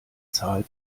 zahl